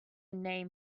name